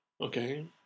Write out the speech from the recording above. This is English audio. Okay